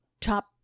top